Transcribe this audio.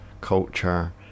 culture